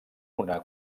una